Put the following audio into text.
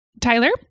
Tyler